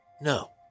No